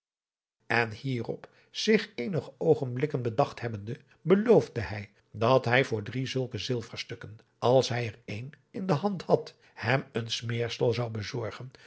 en hierop zich eenige oogenblikken bedacht hebbende beloofde hij dat hij voor drie zulke zilverstukken als hij er een in de hand had hem een smeersel zou bezorgen